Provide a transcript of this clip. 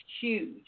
huge